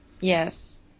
Yes